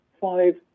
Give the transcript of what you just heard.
five